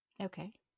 Okay